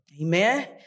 Amen